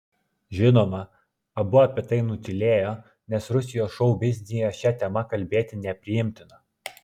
žinoma abu apie tai nutylėjo nes rusijos šou biznyje šia tema kalbėti nepriimtina